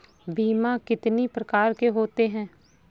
बीमा कितनी प्रकार के होते हैं?